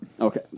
Okay